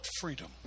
freedom